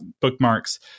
bookmarks